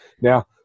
Now